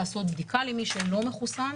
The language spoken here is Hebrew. לעשות בדיקה למי שלא מחוסן.